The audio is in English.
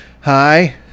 Hi